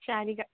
Sarika